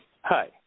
Hi